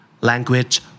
Language